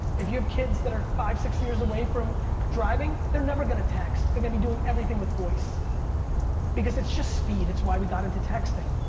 if you have kids that are five, six years away from driving, they're never gonna text. they're gonna be doing everything with voice because it's just speed. it's why we got into texting.